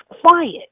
quiet